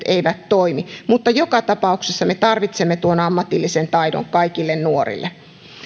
eivät toimi mutta joka tapauksessa me tarvitsemme tuon ammatillisen taidon kaikille nuorille